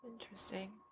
Interesting